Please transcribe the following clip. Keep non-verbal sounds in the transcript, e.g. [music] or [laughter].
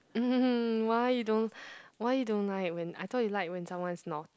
[laughs] why you don't why you don't like when I thought you like when someone's naughty